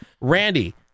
Randy